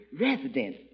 Resident